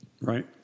Right